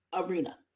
arena